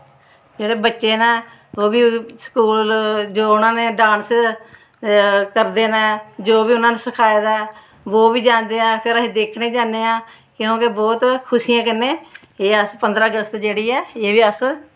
जेह्ड़े बच्चे न ओह् बी स्कूल जो उ'नें डांस करदे न जो बी उ'नें गी सखा दा ऐ बो बी जानदे ऐं फिर दिक्खने गी जन्नै आं क्योंकि बौह्त ही खुशियें कन्नै एह् अस पंदरां अगस्त जेह्ड़ी ऐ बी अस